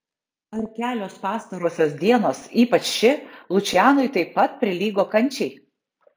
ar kelios pastarosios dienos ypač ši lučianui taip pat prilygo kančiai